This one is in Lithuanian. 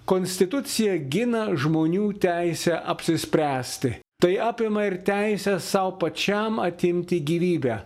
konstitucija gina žmonių teisę apsispręsti tai apima ir teisę sau pačiam atimti gyvybę